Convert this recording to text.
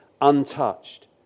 untouched